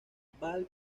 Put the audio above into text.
ball